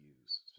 use